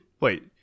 Wait